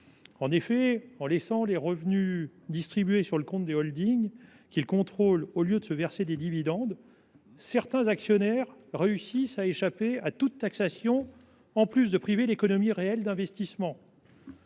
En effet, en laissant les revenus distribués sur le compte des holdings qu’ils contrôlent au lieu de se verser des dividendes, certains actionnaires réussissent à échapper à toute taxation, en plus de priver l’économie réelle d’investissements.